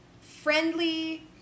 friendly